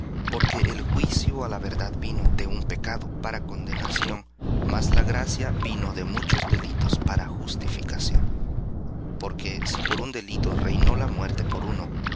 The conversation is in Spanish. porque el juicio á la verdad de un para condenación mas la gracia de muchos delitos para justificación porque si por un delito reinó la muerte por uno